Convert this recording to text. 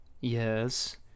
Yes